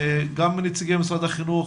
גם נציגי משרד החינוך,